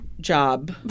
job